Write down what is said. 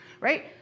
right